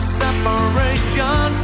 separation